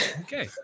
okay